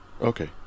Okay